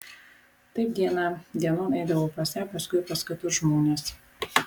taip diena dienon eidavau pas ją paskui pas kitus žmones